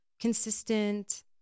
consistent